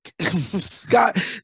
Scott